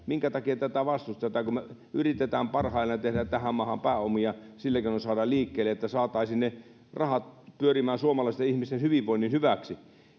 minkä takia tätä vastustetaan kun me yritämme parhaamme tehdä tähän maahan pääomia ja sillä keinoin saada liikkeelle että saataisiin ne rahat pyörimään suomalaisten ihmisten hyvinvoinnin hyväksi